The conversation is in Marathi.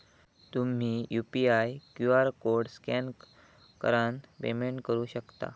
तुम्ही यू.पी.आय क्यू.आर कोड स्कॅन करान पेमेंट करू शकता